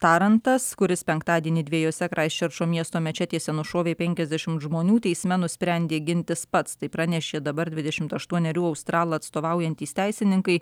tarantas kuris penktadienį dvejose kraistčerčo miesto mečetėse nušovė penkiasdešim žmonių teisme nusprendė gintis pats tai pranešė dabar dvidešimt aštuonerių australą atstovaujantys teisininkai